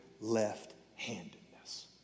left-handedness